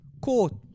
court